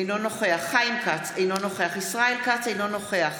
אינו נוכח חיים כץ, אינו נוכח ישראל כץ, אינו נוכח